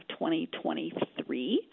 2023